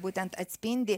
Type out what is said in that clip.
būtent atspindi